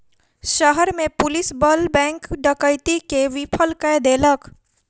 शहर में पुलिस बल बैंक डकैती के विफल कय देलक